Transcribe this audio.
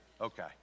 Okay